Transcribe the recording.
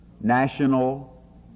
national